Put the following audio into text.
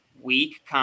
weak